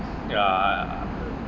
ya